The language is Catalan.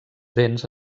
vents